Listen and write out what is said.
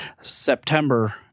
September